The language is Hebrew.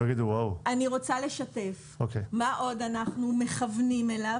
אני רוצה לשתף מה עוד אנחנו מכוונים אליו.